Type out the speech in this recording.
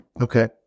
Okay